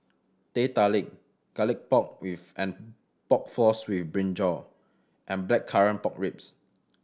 Teh Tarik Garlic Pork and Pork Floss with brinjal and Blackcurrant Pork Ribs